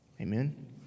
Amen